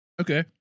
Okay